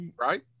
right